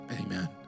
Amen